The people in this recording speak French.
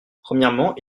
premièrement